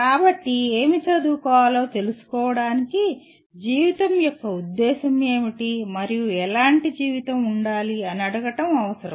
కాబట్టి ఏమి చదువుకోవాలో తెలుసుకోవటానికి జీవితం యొక్క ఉద్దేశ్యం ఏమిటి మరియు ఎలాంటి జీవితం ఉండాలి అని అడగడం అవసరం